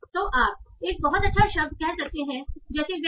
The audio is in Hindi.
तो आप एक बहुत अच्छा शब्द कह सकते हैं जैसे वेरी